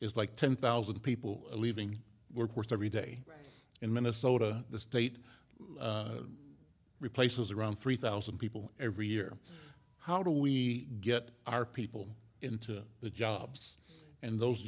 is like ten thousand people leaving work with every day in minnesota the state replaces around three thousand people every year how do we get our people into the jobs and those